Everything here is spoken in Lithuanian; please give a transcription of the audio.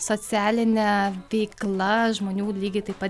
socialine veikla žmonių lygiai taip pat